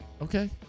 Okay